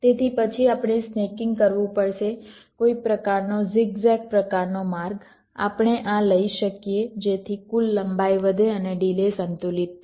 તેથી પછી આપણે સ્નેકિંગ કરવું પડશે કોઈ પ્રકારનો ઝિગ ઝેગ પ્રકારનો માર્ગ આપણે આ લઈ શકીએ જેથી કુલ લંબાઈ વધે અને ડિલે સંતુલિત થાય